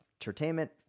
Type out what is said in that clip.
entertainment